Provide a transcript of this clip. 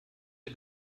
der